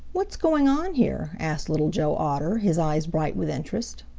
what's going on here? asked little joe otter, his eyes bright with interest.